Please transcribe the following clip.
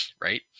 right